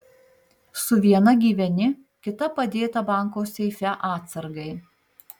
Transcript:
su viena gyveni kita padėta banko seife atsargai